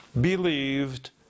believed